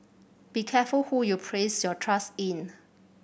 be careful who you place your trust in